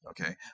Okay